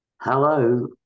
hello